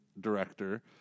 director